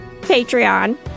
Patreon